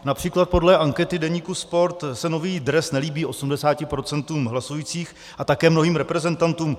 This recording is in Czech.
Například podle ankety deníku Sport se nový dres nelíbí 80 % hlasujících a také mnohým reprezentantům.